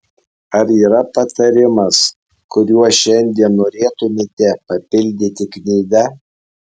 ar yra patarimas kuriuo šiandien norėtumėte papildyti knygą